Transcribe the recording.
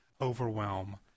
overwhelm